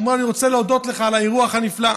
הוא אומר: אני רוצה להודות לך על האירוח הנפלא.